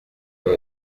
moto